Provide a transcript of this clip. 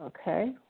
Okay